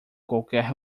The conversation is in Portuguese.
qualquer